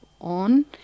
on